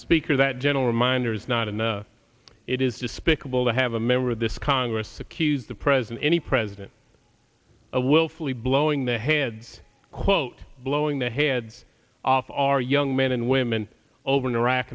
speaker that gentle reminder is not enough it is despicable to have a member of this congress accuse the president any president to willfully blowing the heads quote blowing the heads off our young men and women over in iraq